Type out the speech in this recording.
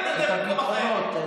הפתרונות.